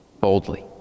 boldly